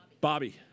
Bobby